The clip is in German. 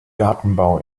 gartenbau